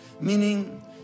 meaning